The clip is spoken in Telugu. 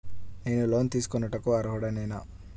నేను లోన్ తీసుకొనుటకు అర్హుడనేన?